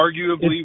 Arguably